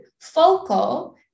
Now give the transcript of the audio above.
focal